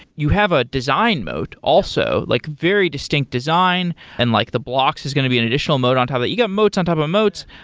you have a design mote also, like very distinct design and like the blocks is going to be an additional mote on top of it. you got motes on top of motes.